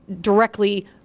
directly